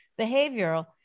Behavioral